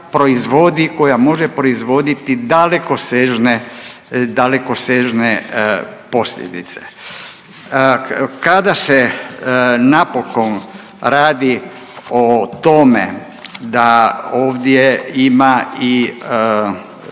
koja može proizvoditi dalekosežne posljedice. Kada se napokon radi o tome da ovdje ima i